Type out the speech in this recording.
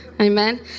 Amen